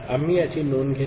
आम्ही याची नोंद घेतो